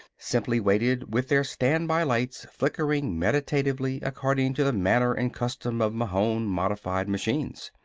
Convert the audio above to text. simply waited with their standby lights flickering meditatively according to the manner and custom of mahon-modified machines.